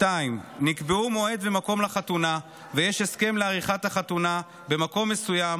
2. נקבעו מועד ומקום לחתונה ויש הסכם לעריכת החתונה במקום מסוים,